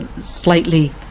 slightly